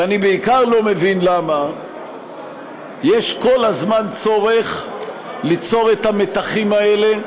ואני בעיקר לא מבין למה יש כל הזמן צורך ליצור את המתחים האלה,